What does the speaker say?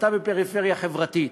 אתה בפריפריה חברתית,